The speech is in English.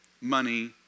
money